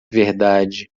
verdade